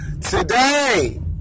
today